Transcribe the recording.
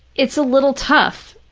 it's a little tough.